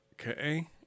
Okay